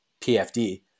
PFD